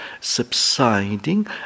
subsiding